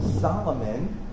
Solomon